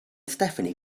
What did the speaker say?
stephanie